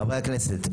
חברי הכנסת,